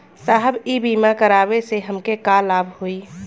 साहब इ बीमा करावे से हमके का लाभ होई?